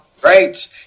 great